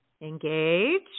Engage